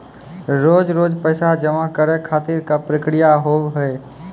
रोज रोज पैसा जमा करे खातिर का प्रक्रिया होव हेय?